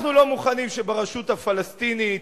אנחנו לא מוכנים שברשות הפלסטינית